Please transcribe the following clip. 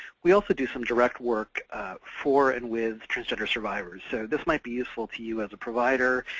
we also do some direct work for and with trangender survivors. so, this might be useful to you as a provider,